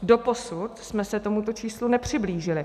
Doposud jsme se tomuto číslu nepřiblížili.